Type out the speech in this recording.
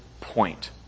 point